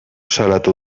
salatu